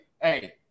Hey